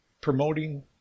promoting